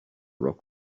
rock